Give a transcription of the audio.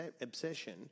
obsession